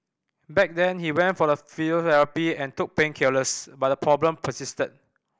back then he went for a physiotherapy and took painkillers but the problem persisted